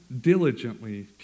diligently